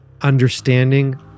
understanding